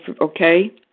okay